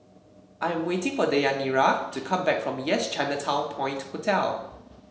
I'm waiting for Deyanira to come back from Yes Chinatown Point Hotel